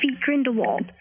Grindelwald